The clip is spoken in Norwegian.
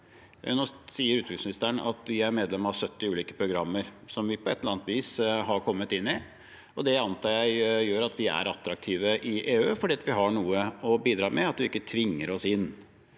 Utenriksministeren sier at vi er medlem av 70 ulike programmer som vi på et eller annet vis har kommet inn i. Det antar jeg gjør at vi er attraktive i EU, fordi vi har noe å bidra med, at vi ikke tvinger oss inn.